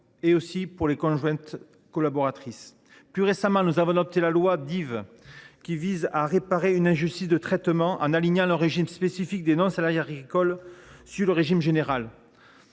ou des conjointes collaboratrices. Plus récemment, nous avons adopté la loi Dive, qui vise à réparer une injustice de traitement en alignant le régime spécifique des non salariés agricoles sur le régime général.